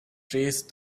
trace